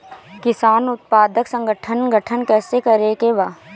किसान उत्पादक संगठन गठन कैसे करके बा?